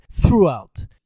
Throughout